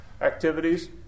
activities